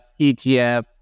ETF